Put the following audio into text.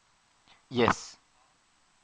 yes